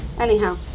Anyhow